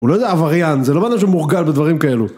הוא לא איזה עבריין, זה לא שהוא מורגל בדברים כאלו